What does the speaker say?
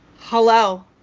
Hello